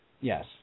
Yes